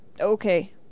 okay